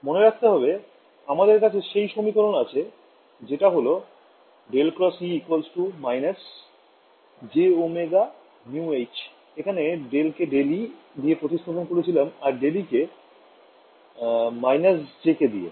মনে রাখতে হবে আমাদের কাছে সেই সমীকরণ আছে যেটা হল ∇× E − jωμH এখানে ∇কে ∇e দিয়ে প্রতিস্থাপন করেছিলাম আর ∇e কে - jk দিয়ে